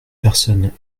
personne